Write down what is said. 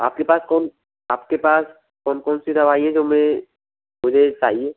आप के पास कौन आपके पास कौन कौनसी दवाई है जो मैं मुझे चाहिए